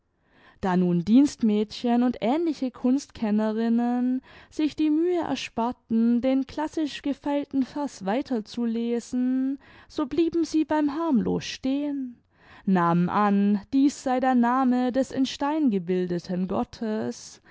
da nun dienstmädchen und ähnliche kunstkennerinnen sich die mühe ersparten den classisch gefeilten vers weiter zu lesen so blieben sie beim harmlos stehen nahmen an dieß sei der name des in stein gebildeten gottes